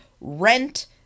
rent